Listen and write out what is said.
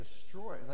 destroy